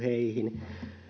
heihin